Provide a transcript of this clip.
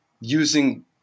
using